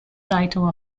title